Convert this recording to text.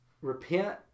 Repent